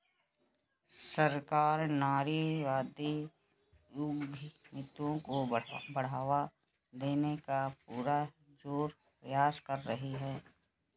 सरकार नारीवादी उद्यमियों को बढ़ावा देने का पुरजोर प्रयास कर रही है